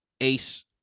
ace